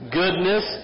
goodness